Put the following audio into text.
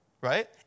right